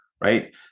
right